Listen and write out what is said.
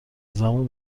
زمان